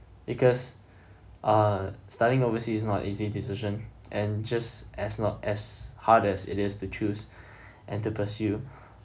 because uh studying overseas is not easy decision and just as not as hard as it is to choose and to pursue